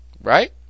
right